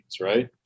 right